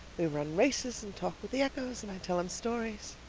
we run races and talk with the echoes and i tell him stories.